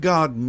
God